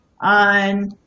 on